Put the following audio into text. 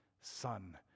Son